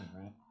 right